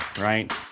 right